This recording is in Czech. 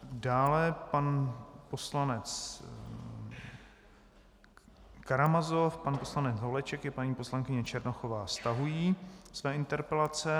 Dále pan poslanec Karamazov, pan poslanec Holeček i paní poslankyně Černochová stahují své interpelace.